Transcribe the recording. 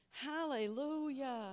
Hallelujah